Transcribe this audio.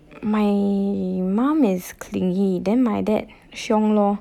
my mum is clingy then my dad 凶 lor